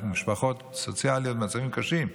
למשפחות סוציאליות במצבים קשים.